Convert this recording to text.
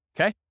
Okay